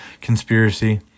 conspiracy